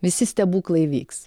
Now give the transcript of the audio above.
visi stebuklai įvyks